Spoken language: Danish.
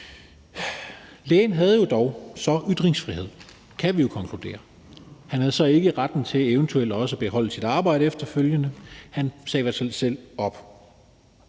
Lægen havde jo dog så ytringsfrihed, kan vi konkludere. Han havde så ikke retten til eventuelt også at beholde sit arbejde efterfølgende; han sagde i hvert